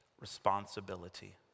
responsibility